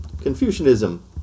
Confucianism